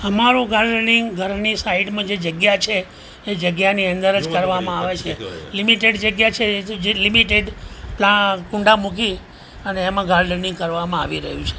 અમારો ગાર્ડનિંગ ઘરની સાઈડમાં જે જગ્યા છે એ જગ્યાની અંદર જ કરવામાં આવે છે લિમિટેડ જગ્યા છે જે લિમિટેડ કૂંડા મૂકી અને એમાં ગાર્ડનિંગ કરવામાં આવી રહ્યું છે